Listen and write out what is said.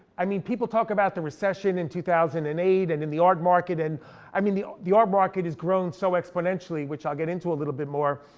i mean people talk about the recession in two thousand and eight and in the art market. and i mean the the art market has grown so exponentially, which i'll get into a little bit more.